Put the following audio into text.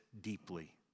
deeply